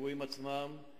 לאירועים עצמם.